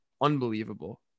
unbelievable